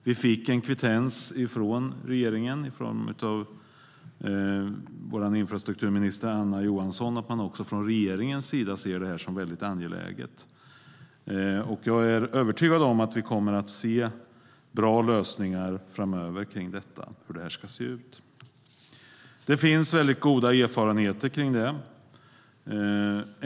Vi fick från regeringen, i form av vår infrastrukturminister Anna Johansson, kvittensen att man ser detta som väldigt angeläget. Jag är övertygad om att vi framöver kommer att få se bra lösningar på hur det ska se ut. Det finns goda erfarenheter av detta.